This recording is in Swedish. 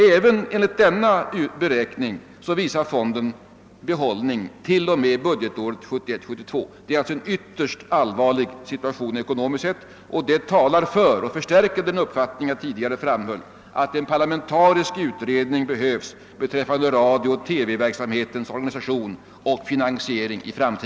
Även enligt denna beräkning visar fonden behållning t.o.m. budgetåret 1971/72. Den ekonomiska situationen är alltså ytterst allvarlig, och det förstärker den uppfattning jag tidigare uttryckt, nämligen att en parlamentarisk utredning behövs beträffande radiooch TV